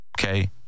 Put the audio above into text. Okay